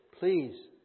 please